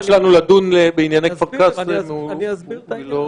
שלנו לדון בענייני כפר קאסם הוא לא --- אסביר את העניין,